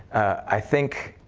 i think